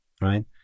right